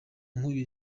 nk’uyu